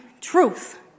truth